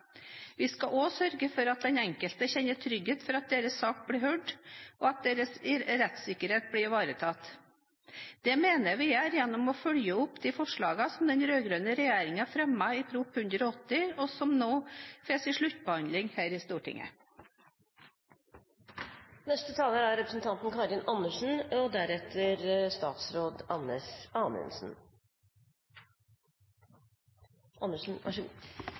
Vi skal føre en flyktning- og asylpolitikk som ivaretar våre internasjonale forpliktelser. Vi skal også sørge for at den enkelte kjenner trygghet for at deres sak blir hørt, og at deres rettssikkerhet blir ivaretatt. Det mener jeg vi gjør gjennom å følge opp de forslagene som den rød-grønne regjeringen fremmet i Prop. 180 L for 2012–2013, og som nå får sin sluttbehandling her i Stortinget.